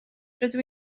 rydw